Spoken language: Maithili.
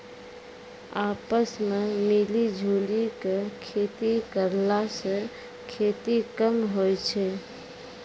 आपस मॅ मिली जुली क खेती करला स खेती कम होय छै